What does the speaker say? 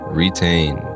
retain